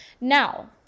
now